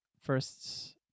first